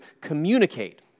communicate